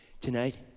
Tonight